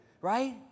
right